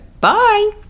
Bye